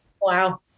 Wow